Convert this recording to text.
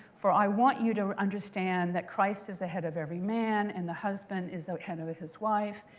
for i want you to understand that christ is the head of every man, and the husband is the head of his wife,